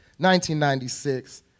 1996